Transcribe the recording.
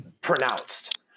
pronounced